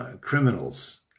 criminals